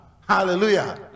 Hallelujah